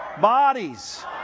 bodies